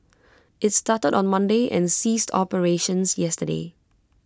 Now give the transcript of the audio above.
IT started on Monday and ceased operations yesterday